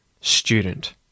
Student